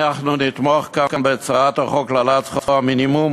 אנחנו נתמוך כאן בהצעת החוק להעלאת שכר המינימום,